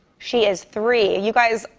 she is three. you guys,